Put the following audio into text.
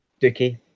dookie